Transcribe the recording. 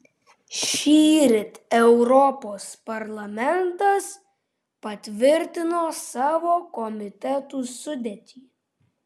šįryt europos parlamentas patvirtino savo komitetų sudėtį